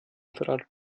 verrat